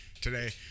today